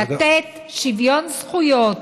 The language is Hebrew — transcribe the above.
לתת שוויון זכויות